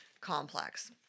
complex